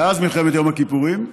מאז מלחמת יום הכיפורים,